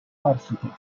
architect